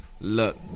Look